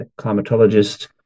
climatologist